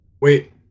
Wait